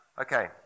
Okay